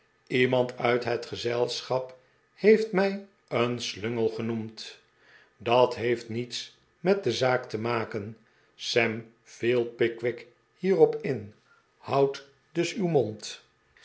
iemand uit het gezelschap heeft mij een slungel genoemd dat heeft niets met de zaak te maken sam viel pickwick hierop in houdt dus uw mond